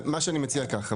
מה שאני מציע ככה,